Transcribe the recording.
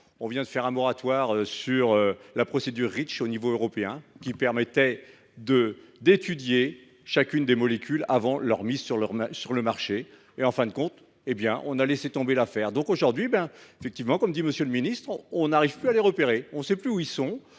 On vient de faire un moratoire sur la procédure (Reach) au niveau européen, qui permettait d’étudier chacune des molécules avant leur mise sur le marché. En fin de compte, on a laissé tomber l’affaire et aujourd’hui, comme l’a souligné M. le ministre, on n’arrive plus à les repérer et on ne sait plus où ils sont.